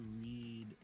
read